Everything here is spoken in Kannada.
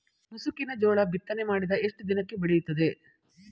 ಮುಸುಕಿನ ಜೋಳ ಬಿತ್ತನೆ ಮಾಡಿದ ಎಷ್ಟು ದಿನಕ್ಕೆ ಬೆಳೆಯುತ್ತದೆ?